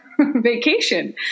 vacation